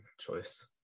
choice